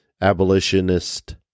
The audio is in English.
abolitionist